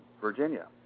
Virginia